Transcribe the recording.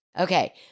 Okay